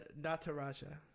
Nataraja